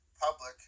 public